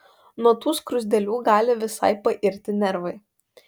nuo tų skruzdėlių gali visai pairti nervai